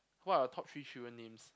what are your top three children names